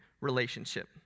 relationship